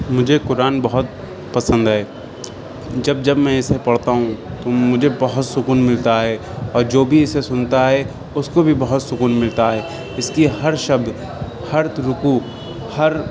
مجھے قرآن بہت پسند ہے جب جب میں اسے پڑھتا ہوں تو مجھے بہت سکون ملتا ہے اور جو بھی اسے سنتا ہے اس کو بھی بہت سکون ملتا ہے اس کی ہر شبد ہر رکوع ہر